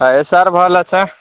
ହଏ ସାର୍ ଭଲ ଅଛେଁ